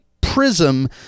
PRISM